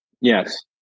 Yes